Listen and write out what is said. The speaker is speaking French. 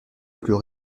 plus